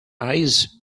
eyes